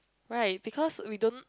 right because we don't